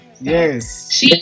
Yes